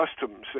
customs